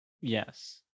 Yes